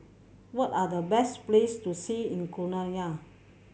what are the best place to see in Guyana